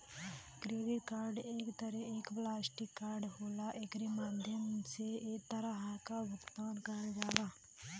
credit card एक तरे क प्लास्टिक कार्ड होला एकरे माध्यम से हर तरह क भुगतान करल जाला